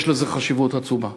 יש לזה חשיבות עצומה.